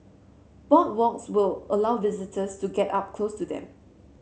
boardwalks will allow visitors to get up close to them